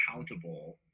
accountable